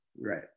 Right